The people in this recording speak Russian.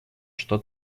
что